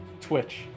Twitch